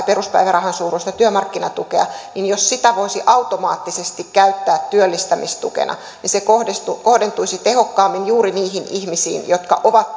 peruspäivärahan suuruista työmarkkinatukea niin jos sitä voisi automaattisesti käyttää työllistämistukena se kohdentuisi kohdentuisi tehokkaammin juuri niihin ihmisiin jotka ovat